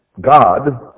God